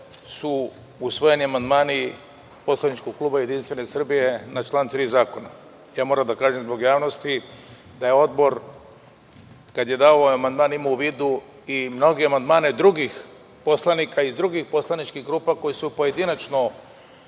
su usvojeni amandmani poslaničkog kluba JS na član 3. zakona. Moram da kažem zbog javnosti da je odbor kada je dao ovaj amandman imao u vidu i mnoge amandmane drugih poslanika iz drugih poslaničkih grupa koji su pojedinačno